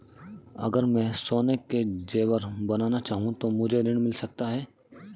अगर मैं सोने के ज़ेवर बनाना चाहूं तो मुझे ऋण मिल सकता है?